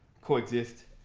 coexist,